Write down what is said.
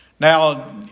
Now